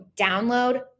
download